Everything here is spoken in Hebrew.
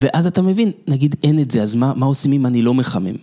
ואז אתה מבין, נגיד אין את זה, אז מה עושים אם אני לא מחמם?